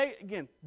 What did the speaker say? again